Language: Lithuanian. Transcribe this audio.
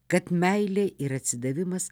kad meilė ir atsidavimas